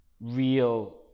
real